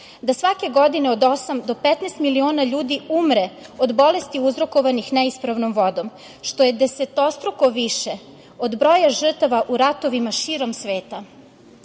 da svake godine od osam do 15 miliona ljudi umre od bolesti uzrokovanih neispravnom vodom, što je desetostruko više od broja žrtava u ratovima širom sveta. Dnevno